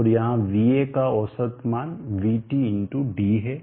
और यहाँ va का औसत मान vt × d है